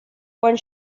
one